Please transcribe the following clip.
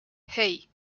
hey